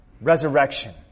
resurrection